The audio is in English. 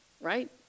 right